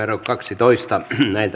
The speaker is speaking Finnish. kaksitoista